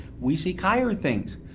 we seek higher things.